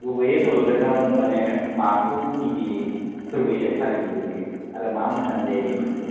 गुबैयै बड'लेण्डआव मानि माखौ गिबियै फोरबो हिसाबै फालिनाय जायो आरो मा मोसानाय जायो बे फोरबोआव